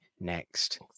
next